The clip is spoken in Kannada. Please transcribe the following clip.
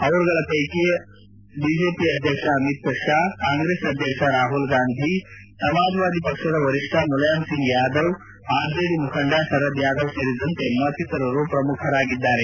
ಅವರುಗಳ ಪೈಕಿ ಬಿಜೆಪಿ ಅಧ್ಯಕ್ಷ ಅಮಿತ್ ಷಾ ಕಾಂಗ್ರೆಸ್ ಅಧ್ಯಕ್ಷ ರಾಹುಲ್ ಗಾಂಧಿ ಸಮಾಜವಾದಿ ಪಕ್ಷದ ವರಿಷ್ಠ ಮುಲಾಯಮ್ ಸಿಂಗ್ ಯಾದವ್ ಆರ್ಜೆಡಿ ಮುಖಂಡ ಶರದ್ ಯಾದವ್ ಸೇರಿದಂತೆ ಮತ್ತಿತರರು ಪ್ರಮುಖರಾಗಿದ್ದಾರೆ